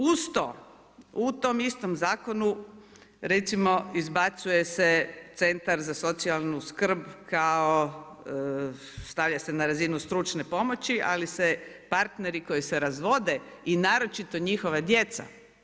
Uz to u tom istom zakonu, recimo izbacuje se Centar za socijalnu skrb, kao, stavlja se na razinu stručne pomoći. ali se partneri koji se razvode i naročito njihova djeca.